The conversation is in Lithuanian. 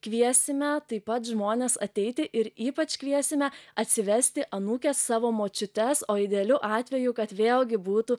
kviesime taip pat žmones ateiti ir ypač kviesime atsivesti anūkes savo močiutes o idealiu atveju kad vėlgi būtų